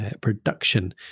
production